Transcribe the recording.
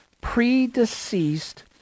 predeceased